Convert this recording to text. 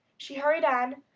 she hurried on,